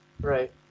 Right